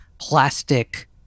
plastic